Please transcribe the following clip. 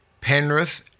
Penrith